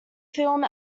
firm